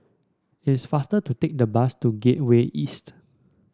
it is faster to take the bus to Gateway East